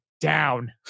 down